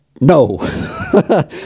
no